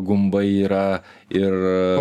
gumbai yra ir